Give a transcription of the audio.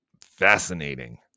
Fascinating